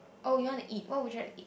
oh you wanna eat what would you wanna eat